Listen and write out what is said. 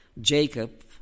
Jacob